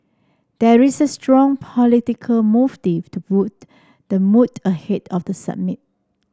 there is a strong political motive to boost the mood ahead of the summit